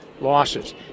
losses